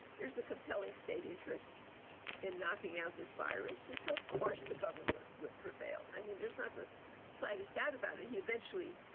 there's a compelling state interest in knocking out this virus. and so, of course, the government would prevail. i mean, there's not the slightest doubt about it. he eventually,